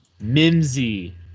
mimsy